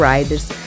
Riders